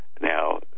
now